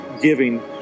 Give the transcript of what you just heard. giving